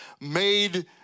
made